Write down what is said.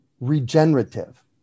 regenerative